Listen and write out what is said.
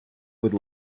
будь